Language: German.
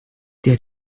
der